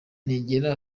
negera